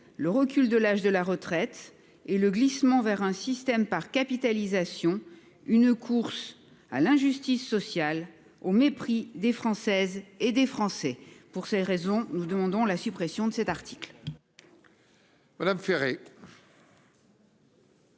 le recul de l'âge de la retraite et le glissement vers un système par capitalisation, soit une course à l'injustice sociale, au mépris des Françaises et des Français. Pour ces raisons, nous demandons la suppression de l'article